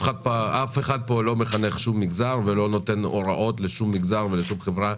אף אחד לא מחנך פה שום מגזר ולא נותן הוראות לשום מגזר ולשום חברה.